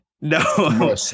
no